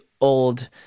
old